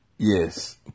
Yes